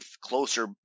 closer